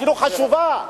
אפילו חשובה.